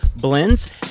blends